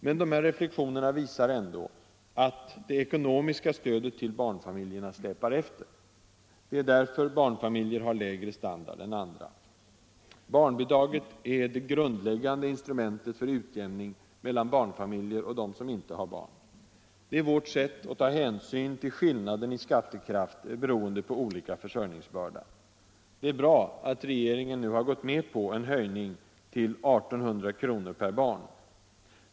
Men de här reflexionerna visar ändå att det ekonomiska stödet till barnfamiljerna släpar efter. Det är därför barnfamiljer har lägre standard än andra. Barnbidraget är det grundläggande instrumentet för utjämning mellan barnfamiljer och dem som inte har barn. Det är vårt sätt att ta hänsyn till skillnaden i skattekraft beroende på olika försörjningsbörda. Det är bra att regeringen nu har gått med på en höjning till I 800 kr. per barn.